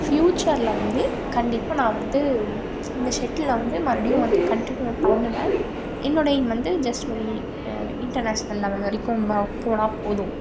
ஃபியூச்சரில் வந்து கண்டிப்பாக நான் வந்து இந்த ஷெட்டிலில் வந்து மறுபடியும் வந்து கண்ட்டினியூ பண்ணுவேன் என்னோட எய்ம் வந்து ஜெஸ்ட் ஒரு இன்டர்நேஷ்னல் லெவல் வரைக்கும் நம்ம போனால் போதும்